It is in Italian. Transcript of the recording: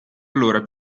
allora